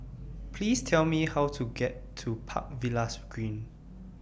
Please Tell Me How to get to Park Villas Green